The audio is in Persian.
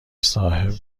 صاحب